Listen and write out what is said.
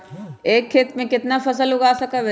एक खेत मे केतना फसल उगाय सकबै?